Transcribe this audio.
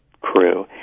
crew